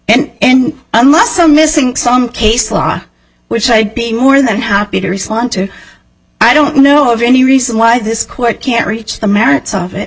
ten and unless i'm missing some case law which i'd be more than happy to respond to i don't know of any reason why this court can't reach the merits of it